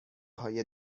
های